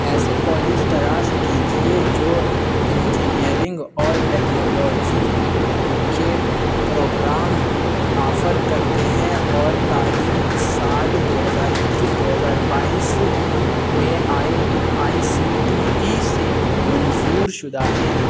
ایسے کالج تلاش کیجیے جو انجینئرنگ اور ٹیکنالوجی کے پروگرام آفر کرتے ہیں اور تعلیم سال دو ہزار اکیس دو ہزار بائیس میں A I C T E سے منظور شدہ ہیں